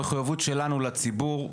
במחויבות שלנו לציבור,